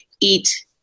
eat